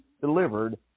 delivered